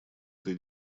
этой